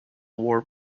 war